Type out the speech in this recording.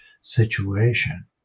situation